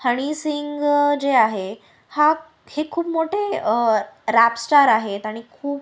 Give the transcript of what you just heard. हनीसिंग जे आहे हा हे खूप मोठे रॅपस्टार आहेत आणि खूप